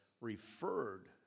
referred